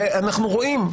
אנחנו רואים,